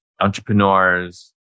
entrepreneurs